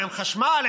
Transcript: עם חשמל,